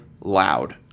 loud